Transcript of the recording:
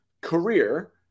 career